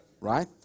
Right